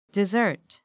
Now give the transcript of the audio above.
Dessert